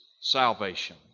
salvation